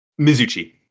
Mizuchi